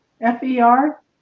F-E-R